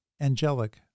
angelic